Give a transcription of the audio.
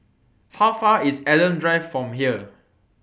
How Far away IS Adam Drive from here